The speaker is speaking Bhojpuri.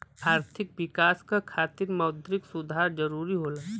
आर्थिक विकास क खातिर मौद्रिक सुधार जरुरी होला